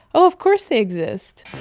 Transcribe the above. oh of course they exist.